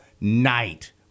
night